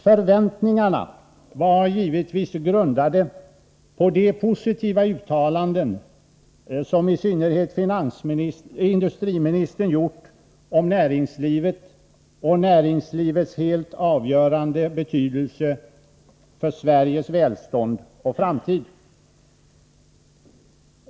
Förväntningarna var givetvis grundade på de positiva uttalanden som i synnerhet industriministern gjort om näringslivet och näringslivets helt avgörande betydelse för Sveriges välstånd och framtid.